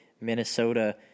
Minnesota